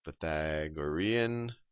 Pythagorean